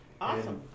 Awesome